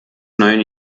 neuen